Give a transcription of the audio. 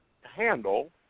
handle